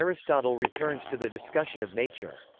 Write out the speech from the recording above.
aristotle returns to the discussion of nature.